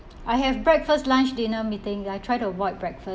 I have breakfast lunch dinner meeting then I try to avoid breakfast